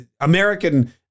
American